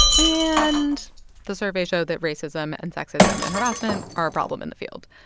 and the surveys show that racism and sexism and harassment are a problem in the field.